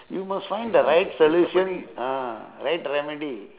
we must find the right solution ah right remedy